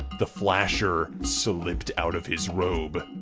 the flasher slipped out of his robe.